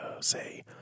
say